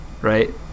right